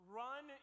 run